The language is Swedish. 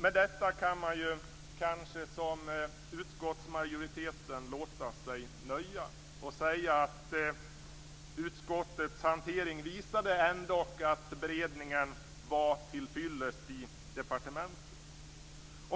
Med detta kan man kanske liksom utskottsmajoriteten låta sig nöja och säga att utskottets hantering ändå visade att hanteringen var till fyllest i departementet.